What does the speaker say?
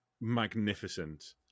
magnificent